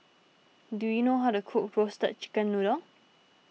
do you know how to cook Roasted Chicken Noodle